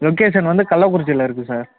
location வந்து கள்ளக்குறிச்சியில் இருக்குது சார்